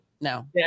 no